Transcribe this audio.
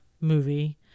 movie